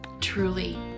Truly